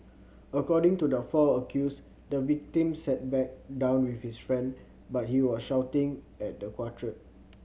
according to the four accused the victim sat back down with his friend but he was shouting at the quartet